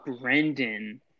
Brendan